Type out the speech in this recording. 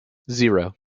zero